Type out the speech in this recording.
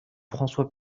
françois